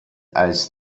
als